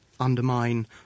undermine